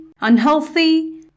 unhealthy